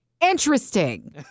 Interesting